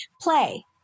play